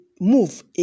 move